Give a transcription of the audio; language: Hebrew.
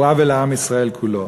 הוא עוול לעם ישראל כולו.